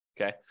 okay